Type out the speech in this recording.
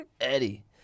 eddie